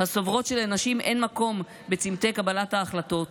הסוברות שלנשים אין מקום בצומתי קבלת ההחלטות,